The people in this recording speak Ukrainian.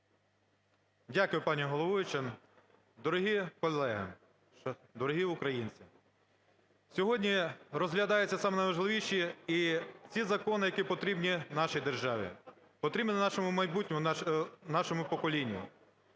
Дякую, пані головуюча. Дорогі колеги, дорогі українці! Сьогодні розглядаються самі найважливіші і ці закони, які потрібні нашій державі, потрібні нашому майбутньому, нашому поколінню,